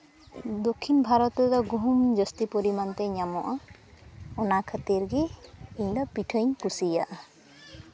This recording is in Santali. ᱫᱚᱠᱽᱠᱷᱤᱱ ᱵᱷᱟᱨᱚᱛ ᱨᱮᱫᱚ ᱜᱩᱦᱩᱢ ᱡᱟᱹᱥᱛᱤ ᱯᱚᱨᱤᱢᱟᱱ ᱛᱮ ᱧᱟᱢᱚᱜᱼᱟ ᱚᱱᱟ ᱠᱷᱟᱹᱛᱤᱨ ᱜᱮ ᱤᱧᱫᱚ ᱯᱤᱴᱷᱟᱹᱧ ᱠᱩᱥᱤᱭᱟᱜᱼᱟ